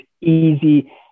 easy